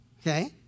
Okay